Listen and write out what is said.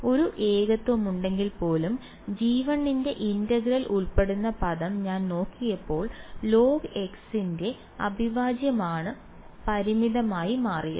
ഒരു ഏകത്വമുണ്ടെങ്കിൽ പോലും g1 ന്റെ ഇന്റഗ്രൽ ഉൾപ്പെടുന്ന പദം ഞാൻ നോക്കിയപ്പോൾ logx ന്റെ അവിഭാജ്യമാണ് പരിമിതമായി മാറിയത്